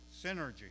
synergy